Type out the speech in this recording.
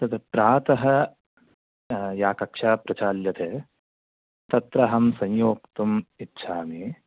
तद् प्रातः या कक्षा प्रचाल्यते तत्र अहं संयोक्तुम् इच्छामि